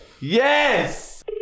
Yes